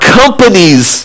companies